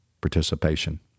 participation